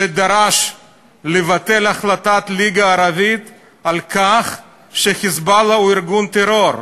שדרש לבטל את החלטת הליגה הערבית ש"חיזבאללה" הוא ארגון טרור,